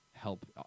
help